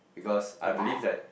because I believe that